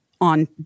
on